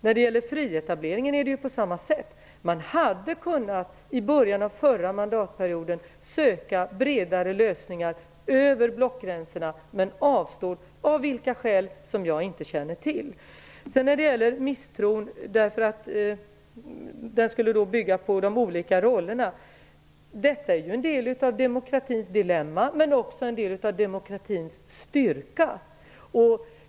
När det gäller frietableringen är det på samma sätt. I början av förra mandatperioden hade man kunnat söka bredare lösningar över blockgränserna, men avstod av skäl som jag inte känner till. Misstron sades bygga på de olika rollerna. Detta är ju en del av demokratins dilemma, men också en del av demokratins styrka.